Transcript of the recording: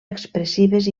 expressives